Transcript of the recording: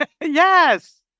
Yes